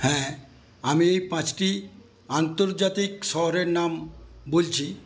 হ্যাঁ আমি পাঁচটি আন্তর্জাতিক শহরের নাম বলছি